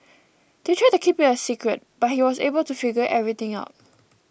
they tried to keep it a secret but he was able to figure everything out